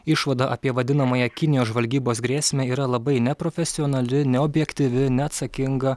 išvada apie vadinamąją kinijos žvalgybos grėsmę yra labai neprofesionali neobjektyvi neatsakinga